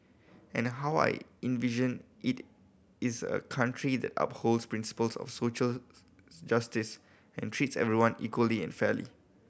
and how I envision it is a country that upholds principles of social justice and treats everyone equally and fairly